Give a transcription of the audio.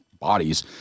bodies